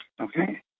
okay